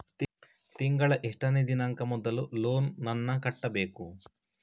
ತಿಂಗಳ ಎಷ್ಟನೇ ದಿನಾಂಕ ಮೊದಲು ಲೋನ್ ನನ್ನ ಕಟ್ಟಬೇಕು?